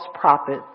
prophet